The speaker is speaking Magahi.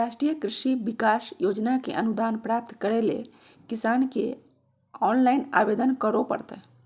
राष्ट्रीय कृषि विकास योजना के अनुदान प्राप्त करैले किसान के ऑनलाइन आवेदन करो परतय